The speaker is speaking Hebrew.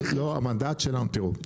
לא, המנדט שלנו, תראו,